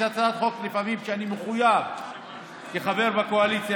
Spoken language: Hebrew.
יש לפעמים הצעת חוק שאני מחויב כחבר בקואליציה